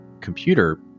computer